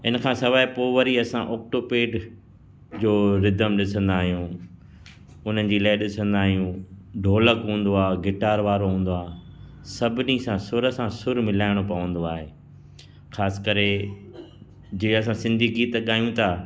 इन खां सवाइ पोइ वरी असां ऑक्टोपेड जो रिदम ॾिसंदा आहियूं उन्हनि जी लइ ॾिसंदा आहियूं ढोलक हूंदो आहे गिटार वारो हूंदो आहे सभिनी सां सुर सां सुर मिलाइणो पवंदो आहे ख़ासि करे जंहिं असां सिंधी गीत ॻायूं था